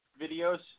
videos